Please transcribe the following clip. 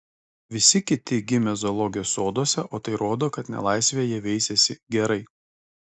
visi kiti gimę zoologijos soduose o tai rodo kad nelaisvėje jie veisiasi gerai